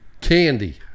Candy